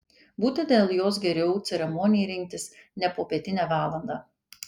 būtent dėl jos geriau ceremonijai rinktis ne popietinę valandą